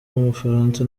w’umufaransa